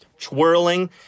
twirling